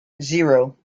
zero